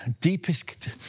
deepest